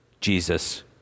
Jesus